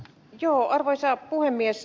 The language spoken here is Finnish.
arvoisa puhemies